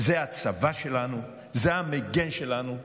זה הצבא שלנו, זה המגן שלנו.